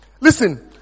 listen